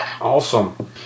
Awesome